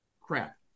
crap